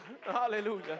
Hallelujah